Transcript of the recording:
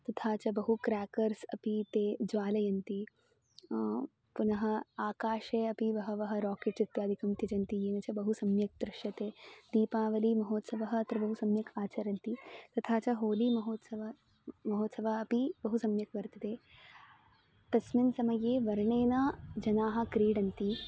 तथा च बहु क्रेकर्स् अपि ते ज्वालयन्ति पुनः आकाशे अपि बहवः रोकेट् इत्यादिकं त्यजन्ति येन च बहु सम्यक् दृश्यते दीपावलीमहोत्सवः अत्र बहु सम्यक् आचरन्ति तथा च होलीमहोत्सवः महोत्सवः अपि बहु सम्यक् वर्तते तस्मिन् समये वर्णेन जनाः क्रीडन्ति